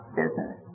business